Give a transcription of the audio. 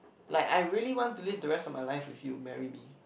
like I really want to live the rest of my life with you marry me